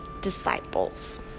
disciples